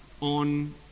on